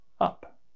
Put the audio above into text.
up